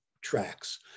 tracks